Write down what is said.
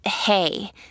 hey